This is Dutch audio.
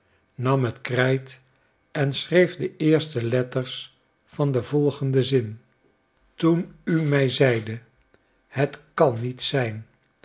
nam het krijt en schreef de eerste letters van den volgenden zin toen u mij zeide het kan niet zijn